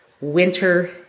winter